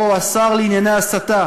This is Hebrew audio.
או השר לענייני הסתה,